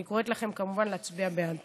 אני קוראת לכם, כמובן, להצביע בעד.